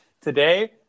Today